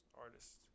artists